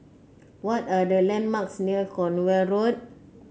what are the landmarks near Cornwall Road